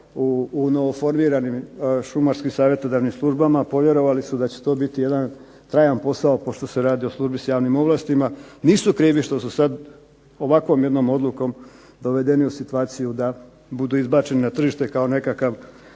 u novo formiranim Šumarskim savjetodavnim službama povjerovali su da će to biti jedan trajan posao s obzirom da se radi o službi s javnim ovlastima. Nisu krivi što su sada ovakvom jednom odlukom dovedeni u situaciju da budu izbačeni na tržište kao jedan